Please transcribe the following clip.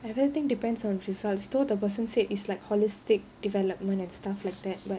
I don't think depends on facades though the person said it's like holistic development and stuff like that but